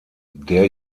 der